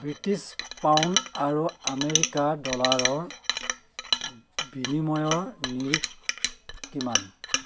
British pound আৰু American ডলাৰৰ বিনিময়ৰ নিৰিখ কিমান